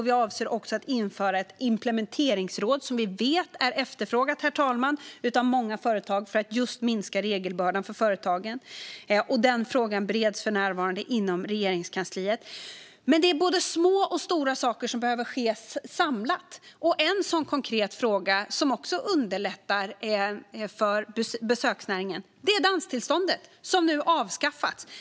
Vi avser även att införa ett implementeringsråd, som vi vet är efterfrågat av många företag, herr talman, för att minska regelbördan för företagen. Denna fråga bereds för närvarande inom Regeringskansliet. Både små och stora saker behöver ske samlat. En konkret fråga som underlättar för besöksnäringen är danstillståndet, som nu avskaffas.